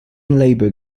labour